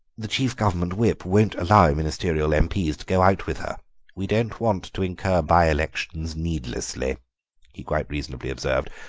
the chief government whip won't allow ministerial m p s to go out with her we don't want to incur by elections needlessly he quite reasonably observed.